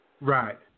Right